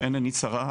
ואין עיני צרה,